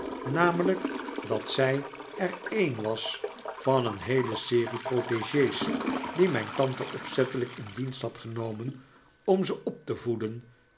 namelijk dat zij er een was van een heele serie protegees die mijn tante opzettelijk in dienst had genomen om ze op te voeden